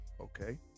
Okay